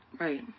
Right